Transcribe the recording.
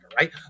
right